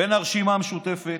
בין הרשימה המשותפת,